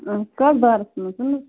کَتھ بارس منٛز